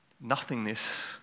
nothingness